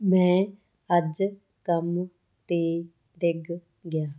ਮੈਂ ਅੱਜ ਕੰਮ 'ਤੇ ਡਿੱਗ ਗਿਆ